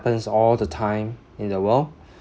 happens all the time in the world